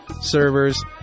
servers